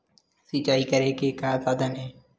सिंचाई करे के का साधन हे?